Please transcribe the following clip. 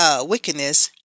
wickedness